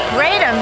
Great